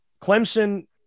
Clemson